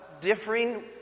differing